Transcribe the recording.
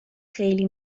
خیلی